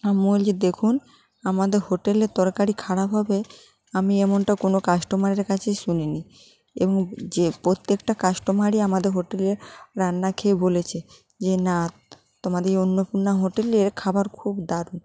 আমি বলছি দেখুন আমাদের হোটেলের তরকারি খারাপ হবে আমি এমনটা কোনো কাস্টোমারের কাছে শুনি নি এবং যে প্রত্যেকটা কাস্টোমারই আমাদের হোটেলের রান্না খেয়ে বলেছে যে না তোমাদের এই অন্নপূর্ণা হোটেলের খাবার খুব দারুণ